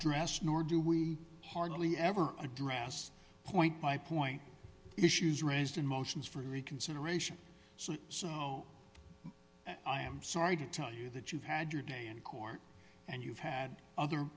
dress nor do we hardly ever address point by point issues raised in motions for reconsideration so so no i am sorry to tell you that you've had your day in court and you've had other